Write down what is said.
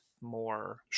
more